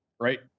right